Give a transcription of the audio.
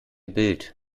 bild